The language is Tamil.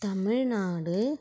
தமிழ்நாடு